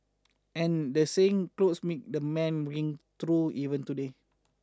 and the saying clothes make the man rings true even today